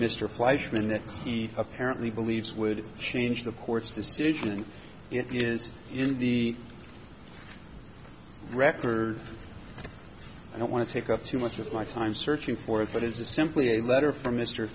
that he apparently believes would change the court's decision and it is in the record i don't want to take up too much of my time searching for it but it's just simply a letter from m